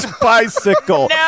bicycle